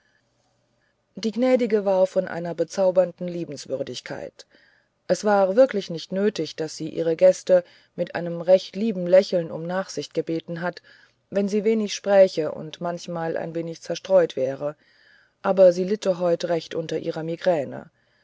die gnädige war von einer bezaubernden liebenswürdigkeit es war wirklich nicht nötig daß sie ihre gäste mit einem recht lieben lächeln um nachsicht gebeten hat wenn sie wenig spräche und manchmal ein wenig zerstreut wäre aber sie litte heute recht unter ihrer migräne